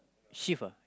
shift ah